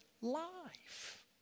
life